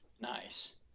nice